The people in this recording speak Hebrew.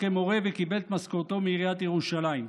כמורה וקיבל את משכורתו מעיריית ירושלים.